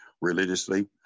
religiously